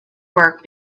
work